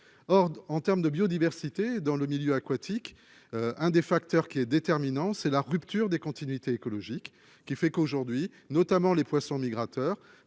or en terme de biodiversité dans le milieu aquatique, un des facteurs qui est déterminant, c'est la rupture des continuités écologiques qui fait qu'aujourd'hui, notamment les poissons migrateurs